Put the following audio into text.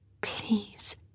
please